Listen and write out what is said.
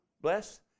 bless